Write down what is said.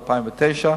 ב-2009,